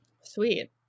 Sweet